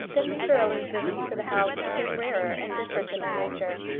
then mr owen's visits to the house became rarer and different in their nature.